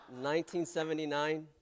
1979